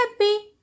happy